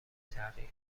تحقیق